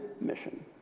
mission